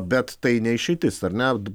bet tai ne išeitis ar ne